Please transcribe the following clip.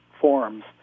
forms